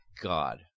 God